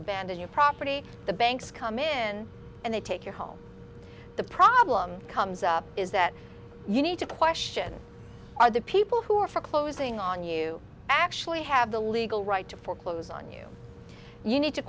abandon your property the banks come in and they take your home the problem comes up is that you need to question are the people who are foreclosing on you actually have the legal right to foreclose on you you need to